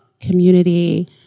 community